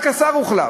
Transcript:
רק השרה הוחלפה.